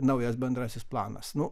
naujas bendrasis planas nu